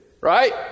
Right